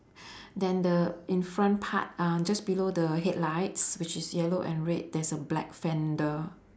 then the in front part uh just below the headlights which is yellow and red there's a black fender